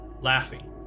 laughing